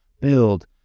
build